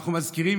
אנחנו מזכירים,